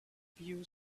view